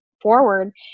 forward